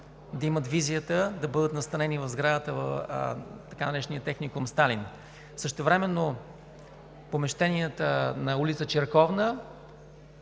да имат визията да бъдат настанени в сградата в така наречения Техникум „Сталин“. Същевременно помещенията на улица „Черковна“,